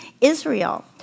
Israel